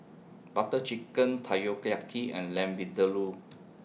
Butter Chicken and Lamb Vindaloo